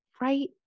Right